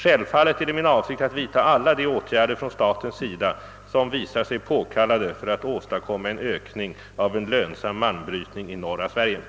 Självfallet är det min avsikt att vidta alla de åtgärder från statens sida som visar sig påkallade för att åstadkomma en ökning av en lönsam malmbrytning i norra Sverige.